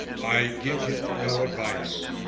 i give him no advice.